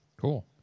Cool